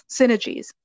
synergies